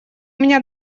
меня